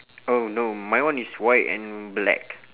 oh no my one is white and black